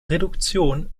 reduktion